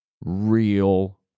real